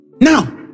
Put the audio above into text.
Now